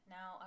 Now